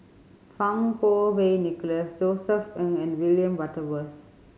Fang Kuo Wei Nicholas Josef Ng and William Butterworth